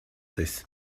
this